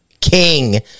king